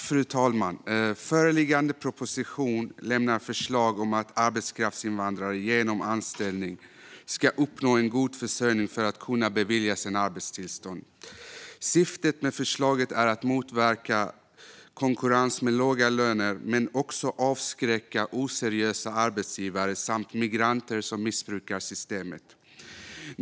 Fru talman! Föreliggande proposition lämnar förslag om att arbetskraftsinvandrare genom anställning ska uppnå en god försörjning för att kunna beviljas ett arbetstillstånd. Syftet med förslaget är att motverka konkurrens med låga löner men också att avskräcka oseriösa arbetsgivare samt migranter som missbrukar systemet.